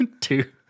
two